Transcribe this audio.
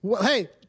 Hey